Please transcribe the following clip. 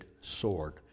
sword